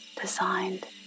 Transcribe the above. designed